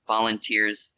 volunteers